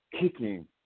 kicking